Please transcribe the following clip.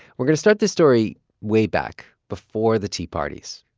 we're going to start this story way back before the tea parties,